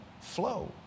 flow